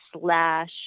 slash